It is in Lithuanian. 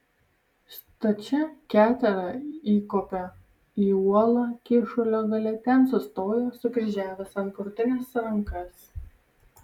stačia ketera įkopė į uolą kyšulio gale ten sustojo sukryžiavęs ant krūtinės rankas